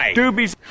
doobies